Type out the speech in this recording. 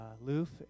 Loof